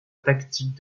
tactique